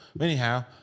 Anyhow